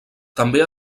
també